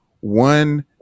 One